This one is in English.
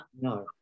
No